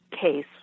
case